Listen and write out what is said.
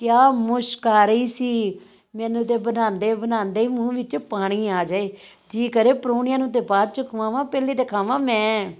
ਕਿਆ ਮੁਸ਼ਕ ਆ ਰਹੀ ਸੀ ਮੈਨੂੰ ਤਾਂ ਬਣਾਉਂਦੇ ਬਣਾਉਂਦੇ ਹੀ ਮੂੰਹ ਵਿੱਚੋਂ ਪਾਣੀ ਆ ਜਾਏ ਜੀਅ ਕਰੇ ਪ੍ਰਾਹੁਣਿਆਂ ਨੂੰ ਤਾਂ ਬਾਅਦ ਚ ਖਵਾਵਾਂ ਪਹਿਲਾਂ ਤਾਂ ਖਾਵਾਂ ਮੈਂ